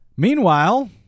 Meanwhile